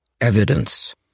evidence